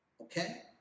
okay